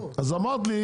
אז אמרת לי,